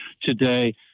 today